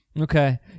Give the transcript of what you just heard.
Okay